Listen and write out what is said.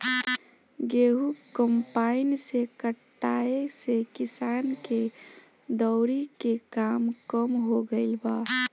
गेंहू कम्पाईन से कटाए से किसान के दौवरी के काम कम हो गईल बा